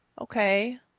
okay